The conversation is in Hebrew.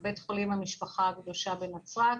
בית חולים המשפחה הקדושה בנצרת,